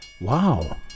Wow